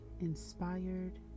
inspired